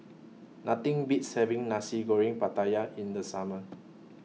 Nothing Beats having Nasi Goreng Pattaya in The Summer